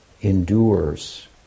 endures